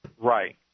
Right